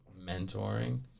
mentoring